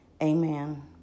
Amen